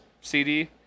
CD